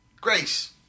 Grace